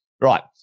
Right